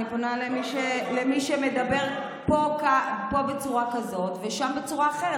אני פונה למי שמדבר פה בצורה כזאת ושם בצורה אחרת.